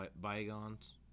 bygones